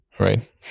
Right